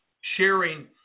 sharing